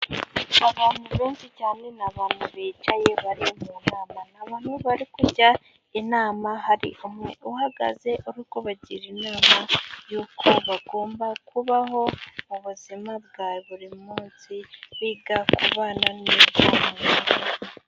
Abantu benshi cyane. Ni abantu bicaye bari mu nama Ni abantu bari kujya inama . Hari umwe uhagaze ,ari kubagira inama y'uko bagomba kubaho mu buzima bwa buri munsi biga kubana neza n 'abandi.